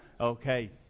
Okay